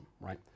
right